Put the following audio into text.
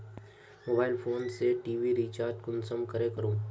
Mobile phone से TV recharge कुंसम करे करूम?